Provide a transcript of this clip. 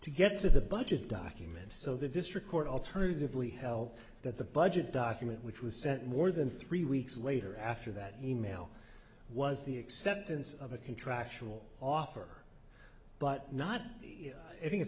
to get to the budget document so the district court alternatively held that the budget document which was sent more than three weeks later after that email was the acceptance of a contractual offer but not a